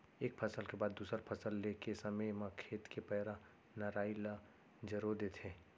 एक फसल के बाद दूसर फसल ले के समे म खेत के पैरा, नराई ल जरो देथे